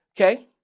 Okay